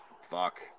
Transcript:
Fuck